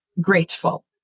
grateful